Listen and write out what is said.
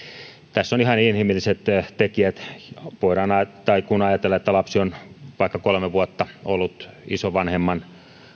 tässä on ihan inhimilliset tekijät kun ajatellaan että lapsi on vaikka kolme vuotta ollut isovanhemman